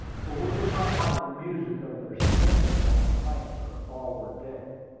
for we did not like the music of their stamping on the planks of the forward deck.